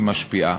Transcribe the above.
היא משפיעה.